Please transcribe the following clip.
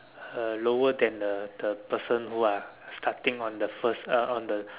uh lower than the the person who are starting on the first uh on the